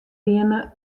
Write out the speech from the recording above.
wiene